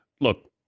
Look